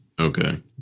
Okay